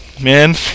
man